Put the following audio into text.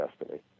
destiny